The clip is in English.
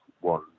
one